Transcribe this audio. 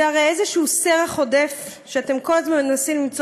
זה הרי איזשהו סרח עודף שאתם כל הזמן מנסים למצוא